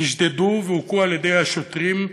נשדדו והוכו על-ידי השוטרים,